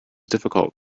difficult